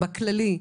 בכללי,